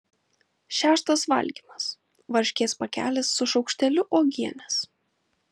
šeštas valgymas varškės pakelis su šaukšteliu uogienės